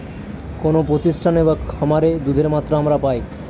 কোনো প্রতিষ্ঠানে বা খামারে দুধের মাত্রা আমরা পাই